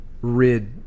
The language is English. rid